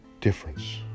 difference